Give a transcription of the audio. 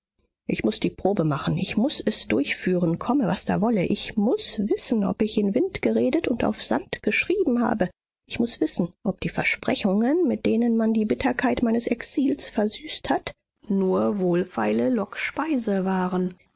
ich muß die probe machen ich muß es durchführen komme was da wolle ich muß wissen ob ich in wind geredet und auf sand geschrieben habe ich muß wissen ob die versprechungen mit denen man die bitterkeit meines exils versüßt hat nur wohlfeile lockspeise waren